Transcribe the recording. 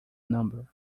number